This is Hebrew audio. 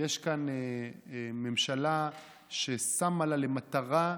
לא נורא, יש כאן ממשלה ששמה לה למטרה: